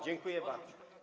Dziękuję bardzo.